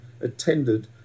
attended